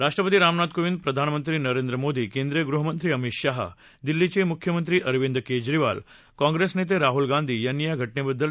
राष्ट्रपती रामनाथ कोविंद प्रधानमंत्री नरेंद्र मोदी केंद्रीय गृहमंत्री अमित शाह दिल्लीचे मुख्यमंत्री अरविंद केजरीवाल काँग्रेस नेते राहुल गांधी यांनी या घटनेबद्दल दुःख व्यक्त केलं आहे